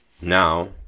Now